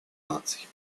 наций